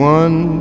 one